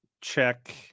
check